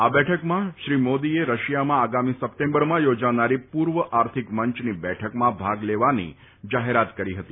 આ બેઠકમાં શ્રી મોદીએ રશિયામાં આગામી સપ્ટેમ્બરમાં યોજાનારી પૂર્વ આર્થિક મંચની બેઠકમાં ભાગ લેવાની જાહેરાત કરી હતી